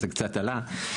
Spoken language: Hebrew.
זה קצת עלה,